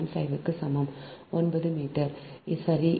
75 க்கு சமம் 9 மீட்டர் சரி